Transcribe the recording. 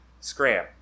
Scram